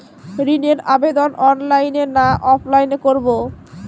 ঋণের আবেদন অনলাইন না অফলাইনে করব?